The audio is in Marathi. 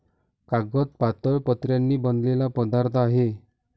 कागद पातळ पत्र्यांनी बनलेला पदार्थ आहे